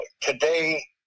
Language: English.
today